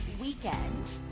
weekend